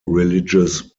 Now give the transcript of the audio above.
religious